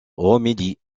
romilly